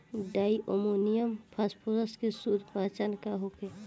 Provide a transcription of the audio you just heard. डाई ammonium phosphate के शुद्ध पहचान का होखे?